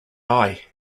eye